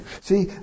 See